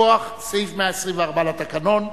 מכוח סעיף 124 לתקנון.